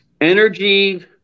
Energy